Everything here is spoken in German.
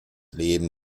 leben